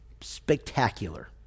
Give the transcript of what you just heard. spectacular